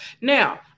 Now